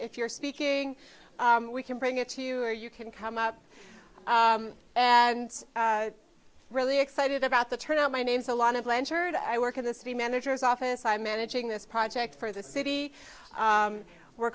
if you're speaking we can bring it to you or you can come up and really excited about the turnout my name's a lot of blanchard i work in the city manager's office i'm managing this project for the city we're